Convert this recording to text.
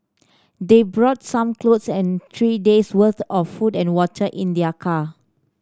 they brought some clothes and three days' worth of food and water in their car